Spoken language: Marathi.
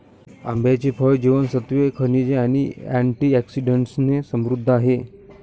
आंब्याचे फळ जीवनसत्त्वे, खनिजे आणि अँटिऑक्सिडंट्सने समृद्ध आहे